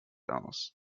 aus